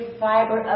fiber